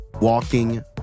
walking